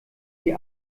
die